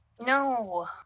no